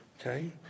Okay